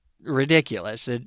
ridiculous